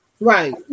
Right